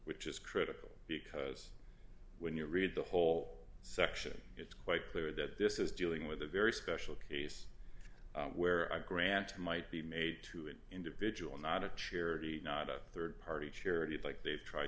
which is critical because when you read the whole section it's quite clear that this is dealing with a very special case where i grant might be made to an individual not a charity not a rd party charity like they tried